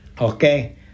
Okay